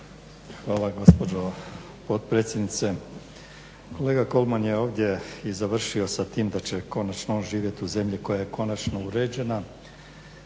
Hvala gospođo potpredsjednice. Kolega Kolman je ovdje i završio sa tim da će konačno on živjet u zemlji koja je konačno uređena.